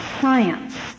science